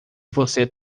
você